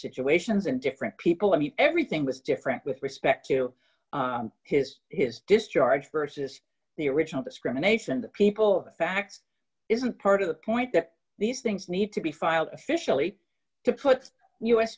situations and different people i mean everything was different with respect to his his discharge versus the original discrimination the people facts isn't part of the point that these things need to be filed officially